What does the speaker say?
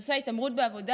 בנושא ההתעמרות בעבודה,